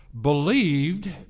believed